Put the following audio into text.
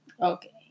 Okay